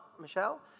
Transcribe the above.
Michelle